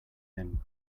him